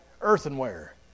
earthenware